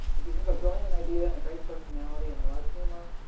if you have a brilliant idea and a great personality and a lot of humor,